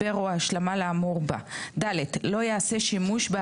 או לעובד סוציאלי מגייס ומעריך אשר יהיה רשאי לעשות במידע שימוש והכול